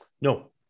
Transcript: No